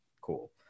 cool